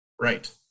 Right